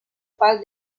paz